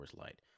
Light